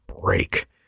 break